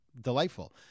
Delightful